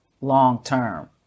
long-term